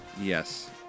yes